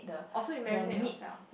oh so you marinate yourself